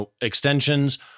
extensions –